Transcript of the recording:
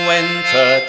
Winter